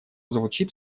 звучит